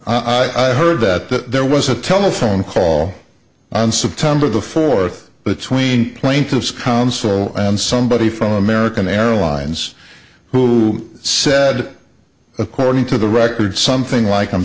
before i heard that there was a telephone call on september the fourth between plaintiff's counsel and somebody from american airlines who said according to the records something like i'm